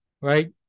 right